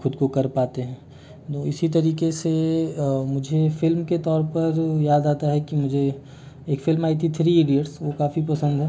ख़ुद को कर पाते हैं इसी तरीके से मुझे फ़िल्म के तौर पर याद आता है कि मुझे एक फ़िल्म आई थी थ्री इडियट्स वो काफ़ी पसंद है